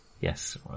Yes